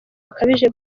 bukabije